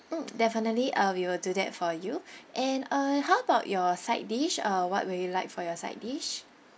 mm definitely uh we will do that for you and uh how about your side dish uh what will you like for your side dish